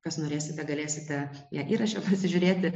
kas norėsite galėsite ją įraše pasižiūrėti